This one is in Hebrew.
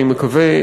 אני מקווה,